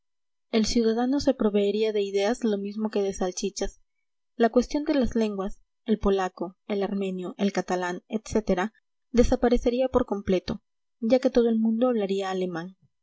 el ciudadano se proveería de ideas lo mismo que de salchichas la cuestión de las lenguas el polaco el armenio el catalán etc desaparecería por completo ya que todo el mundo hablaría alemán